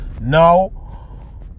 Now